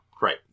Right